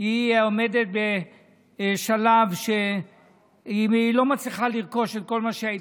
עומדת בשלב שהיא לא מצליחה לרכוש את כל מה שהיה